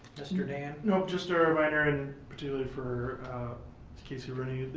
mr. dan? nope, just a reminder, in particularly for casey rooney.